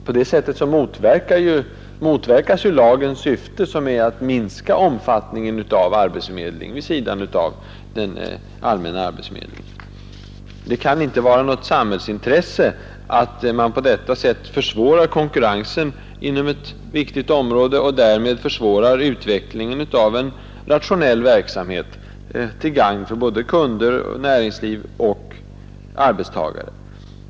På detta sätt motverkas lagens syfte, som är att minska omfattningen av arbetsförmedling vid sidan av den allmänna arbetsförmedlingen. Det kan inte vara något samhällsintresse att man snedvrider konkurrensen inom ett viktigt område och därmed försvårar utvecklingen av en rationell verksamhet, till gagn för både näringsliv och arbetstagare.